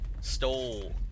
Stole